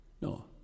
No